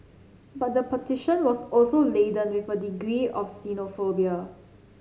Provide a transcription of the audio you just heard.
but the petition was also laden with a degree of xenophobia